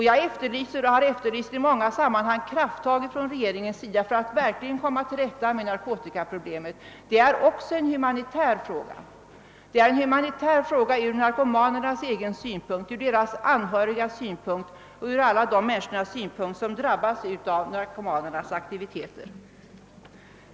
Jag efterlyser och har efterlyst i många sammanhang krafttag från regeringen för att verkligen komma till rätta med narkotikaproblemet. Detta är också en humanitär fråga. Det är en humanitär fråga ur narkomanernas egen synpunkt, ur deras anhörigas synpunkt och ur alla de människors synpunkt som drabbas av narkomanernas aktiviteter.